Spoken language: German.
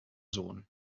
sohn